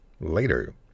later